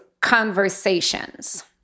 conversations